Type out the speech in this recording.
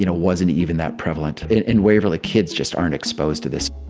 you know wasn't even that prevalent in waverly. kids just aren't exposed to this